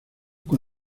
con